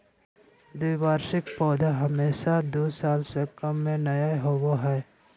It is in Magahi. द्विवार्षिक पौधे हमेशा दू साल से कम में नयय होबो हइ